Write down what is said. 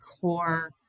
core